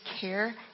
care